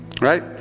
right